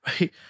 right